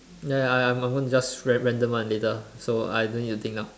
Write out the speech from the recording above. ya ya ya my one just random one later so I don't need to think now